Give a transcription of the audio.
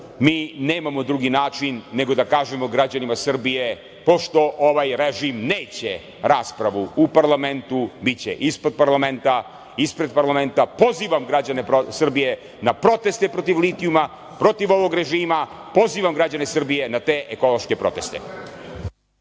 mi nemamo drugi način nego da kažemo građanima Srbije pošto ovaj režim neće raspravu u parlamentu, biće ispred parlamenta. Pozivam građane Srbije na proteste protiv litijuma, protiv ovog režima. Pozivam građane Srbije na te ekološke proteste.